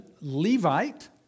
Levite